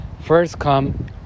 first-come